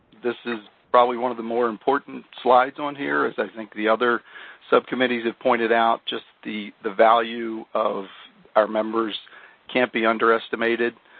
this is probably one of the more important slides on here, as i think the other subcommittees have pointed out, just the the value of our members can't be underestimated.